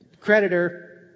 creditor